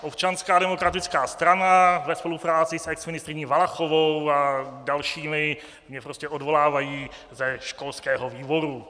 Občanská demokratická strana ve spolupráci s exministryní Valachovou a dalšími mě prostě odvolávají ze školského výboru.